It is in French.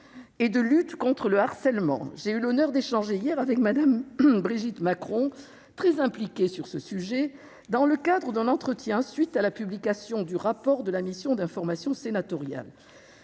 et de lutte contre le harcèlement. J'ai eu l'honneur d'échanger hier avec Mme Brigitte Macron, très impliquée sur ce sujet, dans le cadre d'un entretien que nous avons eu à la suite de la publication du rapport de la mission d'information sénatoriale